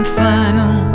final